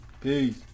Peace